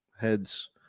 heads